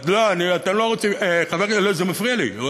זה מפריע לי.